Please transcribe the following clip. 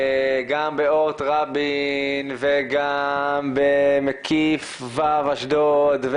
גם באורט רבין וגם במקיף ו' אשדוד,